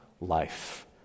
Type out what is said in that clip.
life